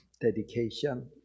dedication